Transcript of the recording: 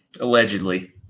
Allegedly